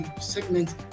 segment